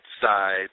side